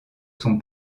son